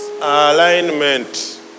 Alignment